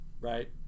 right